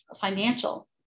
financial